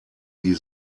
wie